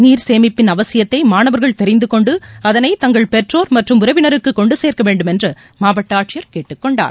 நீர் சேமிப்பின் அவசியத்தை மாணவர்கள் தெரிந்துகொண்டு அதனை தங்கள் பெற்றோர் மற்றும் உறவினருக்கு கொண்டுச்சேர்க்க வேண்டும் என்று மாவட்ட ஆட்சியர் கேட்டுக்கொண்டார்